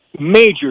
major